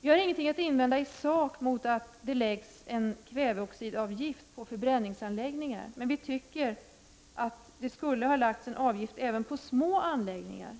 Vi har ingenting att invända i sak mot att det läggs en kväveoxidavgift på förbränningsanläggningar. Men vi tycker att det skulle ha lagts en avgift även på små anläggningar.